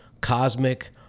cosmic